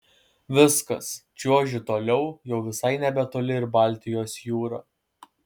viskas čiuožiu toliau jau visai nebetoli ir baltijos jūra